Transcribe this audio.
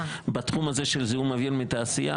בתחום הזה של זיהום אוויר מתעשייה,